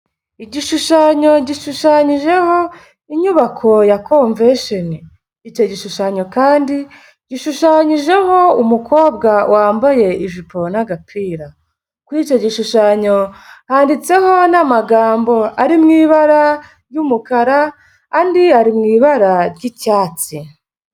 Igishushanyo gishushanyijeho inyubako ya komvesheni. Icyo gishushanyo kandi gishushanyijeho umukobwa wambaye ijipo n'agapira. Kuri icyo gishushanyo handitseho n'amagambo ari mu ibara ry'umukara andi ari mu ibara ry'icyatsi.